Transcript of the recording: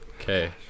Okay